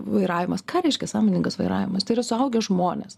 vairavimas ką reiškia sąmoningas vairavimas tai yra suaugę žmonės